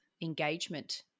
engagement